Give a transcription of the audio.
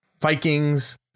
Vikings